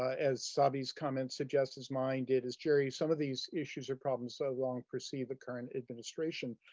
as sabi's comments suggest, as mine did, as gerry's, some of these issues or problems so long precede the current administration.